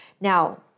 now